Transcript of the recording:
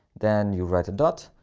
then you write a dot,